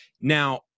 Now